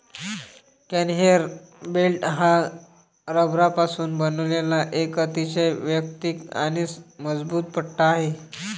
conveyor belt हा रबरापासून बनवलेला एक अतिशय वैयक्तिक आणि मजबूत पट्टा आहे